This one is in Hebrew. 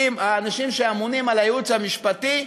עם האנשים שאמונים על הייעוץ המשפטי,